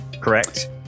correct